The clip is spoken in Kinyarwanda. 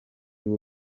w’u